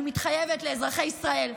אני מתחייבת לאזרחי ישראל,